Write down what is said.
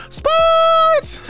sports